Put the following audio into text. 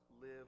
live